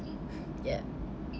yeah